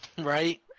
Right